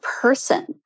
person